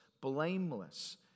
blameless